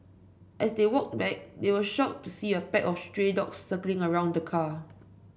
as they walked back they were shocked to see a pack of stray dogs circling around the car